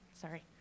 sorry